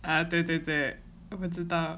啊对对对我知道